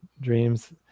dreams